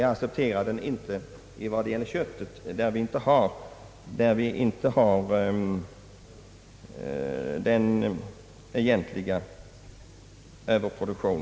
Jag accepterar den inte när det gäller köttet där det inte är någon egentlig överproduktion.